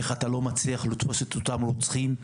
איך אתה לא מצליח לתפוס את אותם רוצחים,